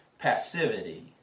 Passivity